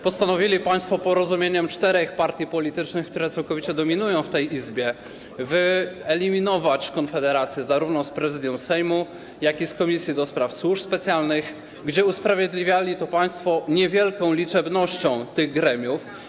Postanowili państwo porozumieniem czterech partii politycznych, które całkowicie dominują w tej Izbie, wyeliminować Konfederację zarówno z Prezydium Sejmu, jak i z Komisji do Spraw Służb Specjalnych, gdzie usprawiedliwiali to państwo niewielką liczebnością tych gremiów.